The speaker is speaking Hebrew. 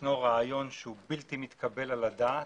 ישנו רעיון שהוא בלתי-מתקבל על הדעת.